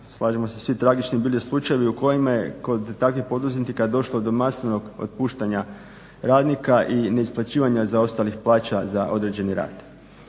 slažemo se svi, tragični bili slučajevi u kojima je kod takvih poduzetnika došlo do masovnog otpuštanja radnika i neisplaćivanja zaostalih plaća za odrađeni rad.